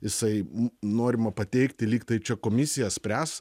jisai norima pateikti lyg tai čia komisija spręs